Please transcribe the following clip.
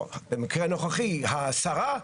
או במקרה הנוכחי השרה,